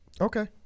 okay